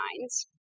minds